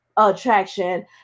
attraction